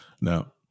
Now